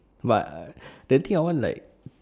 !whoa! the thing I want like